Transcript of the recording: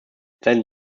sein